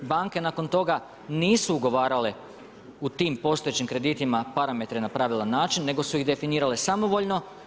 Banke nakon toga nisu ugovarale u tim postojećim kreditima parametre na pravilan način, nego su ih definirale samovoljno.